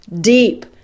deep